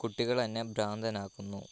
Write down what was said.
കുട്ടികൾ എന്നെ ഭ്രാന്തനാക്കുന്നു